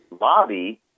lobby